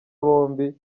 bombi